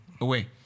Away